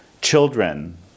children